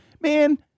man